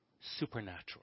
supernatural